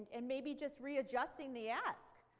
and maybe just readjusting the ask,